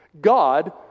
God